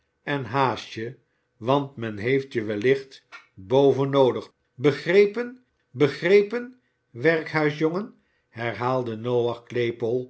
en haast je want men heeft je wellicht boven noodig begrepen begrepen werkhuisjongen herhaalde noach